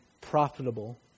profitable